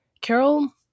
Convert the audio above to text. Carol